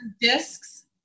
Discs